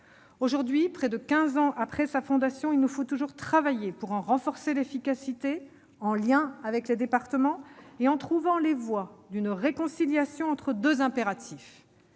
Aujourd'hui, près de quinze ans après sa fondation, il nous faut toujours travailler pour en renforcer l'efficacité, en liaison avec les départements, et en trouvant les voies d'une réconciliation entre deux impératifs